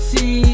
See